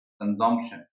consumption